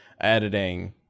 editing